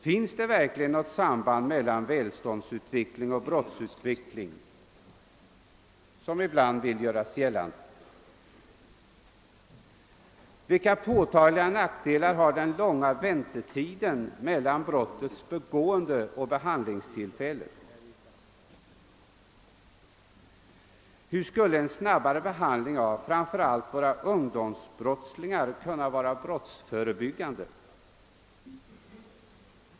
Finns det verkligen något samband mellan välståndsutveckling och brottsutveckling, som man ibland vill göra gällande? Vilka påtagliga nackdelar har den långa väntetiden mellan brottets begående och behandlingstillfället? Hur skulle en snabbare behandling av framför allt våra ungdomsbrottslingar kunna vara brottsförebyggande?